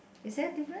is there a different